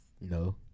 No